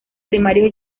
primarios